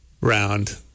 round